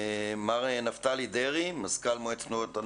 מר נפתלי דרעי, מזכ"ל מועצת תנועות הנוער,